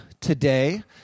today